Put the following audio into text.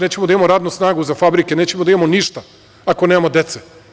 Nećemo da imamo radnu snagu za fabrike, nećemo da imamo ništa ako nemamo dece.